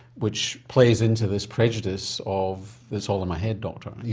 which plays into this prejudice of it's all in my head doctor, yeah